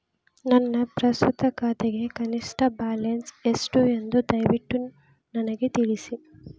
ನನ್ನ ಪ್ರಸ್ತುತ ಖಾತೆಗೆ ಕನಿಷ್ಟ ಬ್ಯಾಲೆನ್ಸ್ ಎಷ್ಟು ಎಂದು ದಯವಿಟ್ಟು ನನಗೆ ತಿಳಿಸಿ